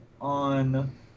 on